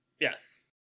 Yes